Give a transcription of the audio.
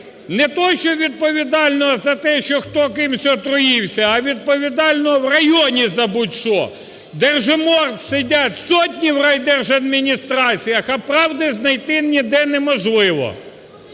не те, що відповідального за те, хто кимось отруївся, а відповідального в районі за будь-що. Держиморд сидять сотні в райдержадміністраціях, а правди знайти ніде неможливо.